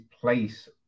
place